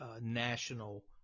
national